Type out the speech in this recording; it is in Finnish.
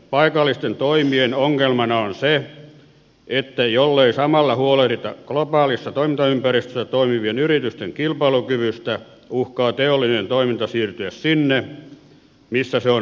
paikallisten toimien ongelmana on se että jollei samalla huolehdita globaalissa toimintaympäristössä toimivien yritysten kilpailukyvystä uhkaa teollinen toiminta siirtyä sinne missä se on halvempaa